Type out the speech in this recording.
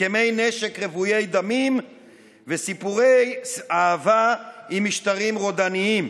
הסכמי נשק רוויי דמים וסיפורי אהבה עם משטרים רודניים.